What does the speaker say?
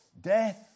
Death